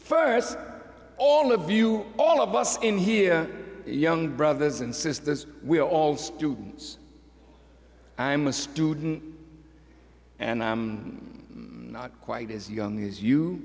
first all of you all of us in here young brothers and sisters we are all students i'm a student and i'm not quite as young as you